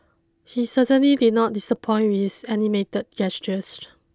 he certainly did not disappoint with animated gestures